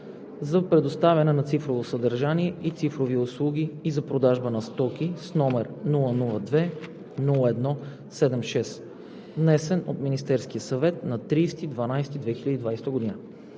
за предоставяне на цифрово съдържание и цифрови услуги и за продажба на стоки, № 002-01-76, внесен от Министерския съвет на 30 декември